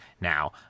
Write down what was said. Now